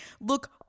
look